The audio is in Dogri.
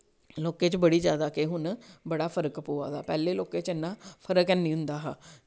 लोकें च बड़ी जैदा के हुन बड़ा फर्क पवा दा पैह्लें लोकें च इन्ना फर्क ऐनी होंदा हा